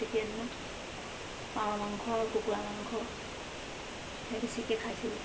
তেতিয়া দিনত পাৰ মাংস কুকুৰা মাংসহে বেছিকৈ খাইছিলোঁ